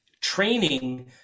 training